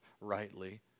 rightly